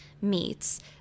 meets